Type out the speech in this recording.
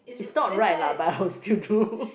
is not right lah I will still do